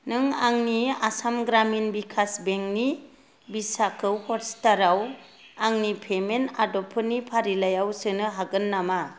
नों आंनि आसाम ग्रामिन भिकास बेंक नि भिजा खौ हटस्टाराव आंनि पेमेन्ट आदबफोरनि फारिलाइयाव सोनो हागोन नामा